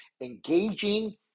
engaging